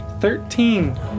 Thirteen